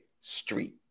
street